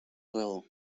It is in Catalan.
raó